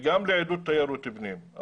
והם גם לעידוד תיירות פנים.